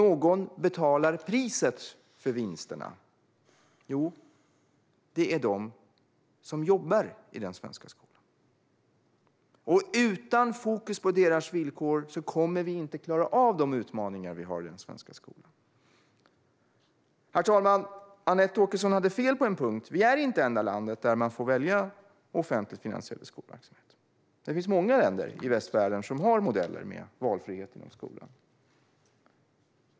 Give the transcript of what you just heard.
Vem betalar då priset för dessa vinster? Jo, det gör de som jobbar i svensk skola. Utan fokus på deras villkor kommer vi inte att klara av de utmaningar vi har i svensk skola. Herr talman! Anette Åkesson hade fel på en punkt. Vi är inte det enda land där man får välja offentligt finansierad skolverksamhet. Det är många länder i västvärlden som har modeller med valfrihet inom skolan.